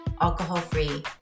alcohol-free